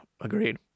Agreed